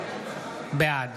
בעד